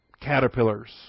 caterpillars